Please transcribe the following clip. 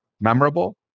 memorable